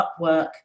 Upwork